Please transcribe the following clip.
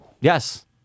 Yes